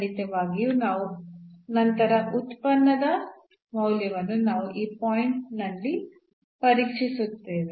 ಖಂಡಿತವಾಗಿಯೂ ನಂತರ ಉತ್ಪನ್ನದ ಮೌಲ್ಯವನ್ನು ನಾವು ಈ ಪಾಯಿಂಟ್ ಅಲ್ಲಿ ಪರೀಕ್ಷಿಸುತ್ತೇವೆ